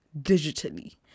digitally